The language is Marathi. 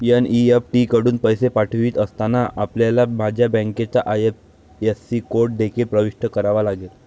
एन.ई.एफ.टी कडून पैसे पाठवित असताना, आपल्याला माझ्या बँकेचा आई.एफ.एस.सी कोड देखील प्रविष्ट करावा लागेल